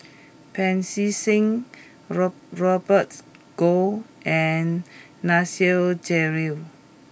Pancy Seng rob Robert Goh and Nasir Jalil